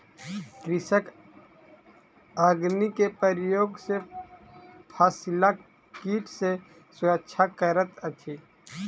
कृषक अग्नि के प्रयोग सॅ फसिलक कीट सॅ सुरक्षा करैत अछि